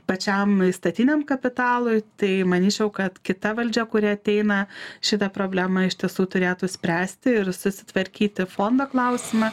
pačiam įstatiniam kapitalui tai manyčiau kad kita valdžia kuri ateina šitą problemą iš tiesų turėtų spręsti ir susitvarkyti fondo klausimą